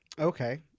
Okay